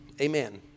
amen